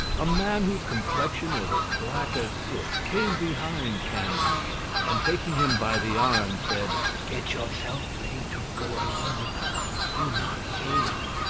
a man whose complexion was as black as soot, came behind candide, and taking him by the arm, said get yourself ready to go along with us do not fail.